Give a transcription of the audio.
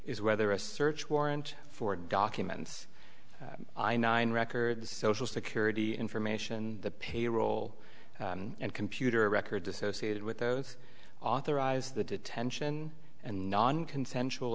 is whether a search warrant for documents i nine records social security information the payroll and computer records associated with those authorize the detention and nonconsensual